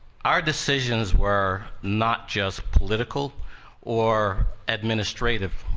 our decisions were not just political or administrative.